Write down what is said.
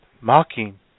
mocking